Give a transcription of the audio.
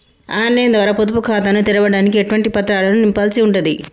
On line ద్వారా పొదుపు ఖాతాను తెరవడానికి ఎటువంటి పత్రాలను నింపాల్సి ఉంటది?